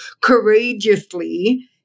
courageously